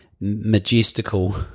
majestical